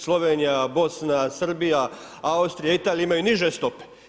Slovenija, Bodna, Srbija, Austrija, Italija, imaju niže stope.